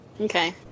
Okay